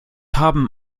haben